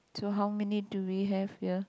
so how many do we have here